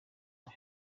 aho